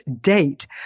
date